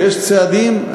ויש צעדים,